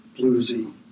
bluesy